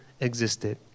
existed